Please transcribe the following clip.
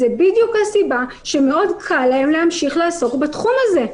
זו בדיוק הסיבה שמאוד קל להן להמשיך לעסוק בתחום הזה.